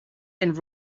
and